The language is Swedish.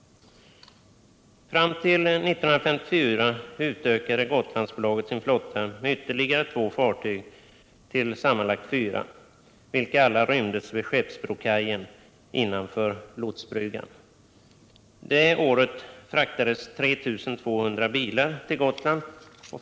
Fram till 1954 utökade Gotlandsbolaget sin flotta med ytterligare två fartyg till sammanlagt fyra, vilka alla rymdes vid Skeppsbrokajen innanför lotsbryggan. Det året fraktades 3 200 bilar till Gotland.